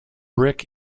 brick